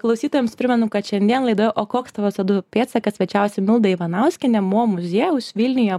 klausytojams primenu kad šiandien laidoje o koks tavo co du pėdsakas svečiavosi milda ivanauskienė mo muziejaus vilniuje